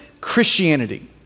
Christianity